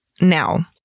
now